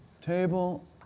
Table